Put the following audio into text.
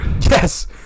Yes